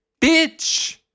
Bitch